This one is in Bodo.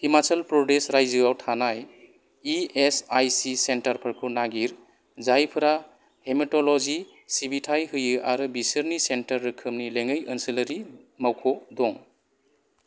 हिमाचल प्रदेश रायजोआव थानाय इएसआइसि सेन्टारफोरखौ नागिर जायफोरा हेमेट'ल'जि सिबिथाय होयो आरो बिसोरनि सेन्टार रोखोमनि लेङाइ ओनसोलारि मावख' दं